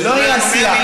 זה לא אי-עשייה.